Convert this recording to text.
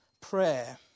prayer